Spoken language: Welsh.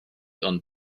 ond